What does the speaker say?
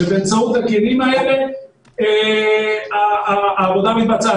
ובאמצעות הכלים האלה העבודה מתבצעת.